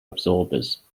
absorbers